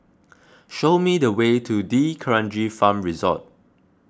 show me the way to D'Kranji Farm Resort